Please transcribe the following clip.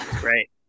Great